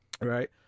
right